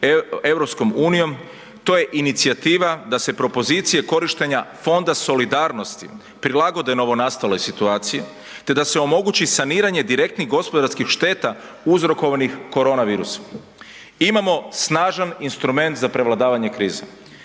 predsjedanje EU to je inicijativa da se propozicije korištenja Fonda solidarnosti prilagode novonastaloj situaciji, te da se omogući saniranje direktnih gospodarskih šteta uzrokovanih koronavirusom. Imamo snažan instrument za prevladavanje krize,